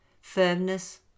firmness